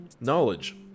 knowledge